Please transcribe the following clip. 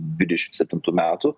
dvidešim septintų metų